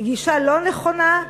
היא גישה לא נכונה,